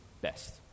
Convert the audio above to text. best